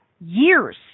years